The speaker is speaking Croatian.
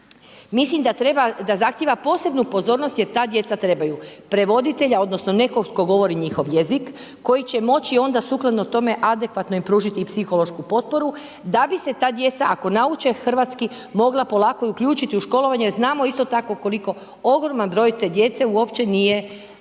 treba, da zahtjeva posebnu pozornost jer ta djeca trebaju prevoditelja, odnosno nekog tko govori njihov jezik, koji će moći onda sukladno tome adekvatno im pružiti i psihološku potporu da bi se ta djeca ako nauče hrvatski mogla polako i uključiti u školovanje jer znamo isto tako koliko ogroman broj te djece uopće nije niti